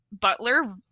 Butler